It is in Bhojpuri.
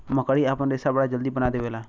मकड़ी आपन रेशा बड़ा जल्दी बना देवला